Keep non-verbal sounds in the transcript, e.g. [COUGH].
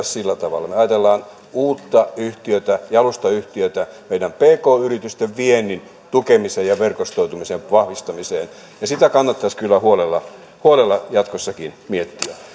[UNINTELLIGIBLE] sillä tavalla me ajattelemme uutta yhtiötä jalustayhtiötä meidän pk yritystemme viennin tukemiseen ja verkostoitumisen vahvistamiseen ja sitä kannattaisi kyllä huolella jatkossakin miettiä